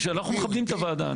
אנחנו מכבדים את הוועדה.